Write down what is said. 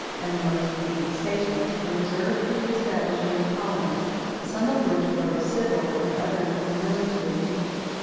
and the most convenient situations, were reserved for the establishment of colonies some of which were of a civil, and others of a military nature.